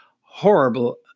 horrible